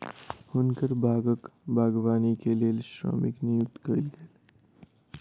हुनकर बागक बागवानी के लेल श्रमिक नियुक्त कयल गेल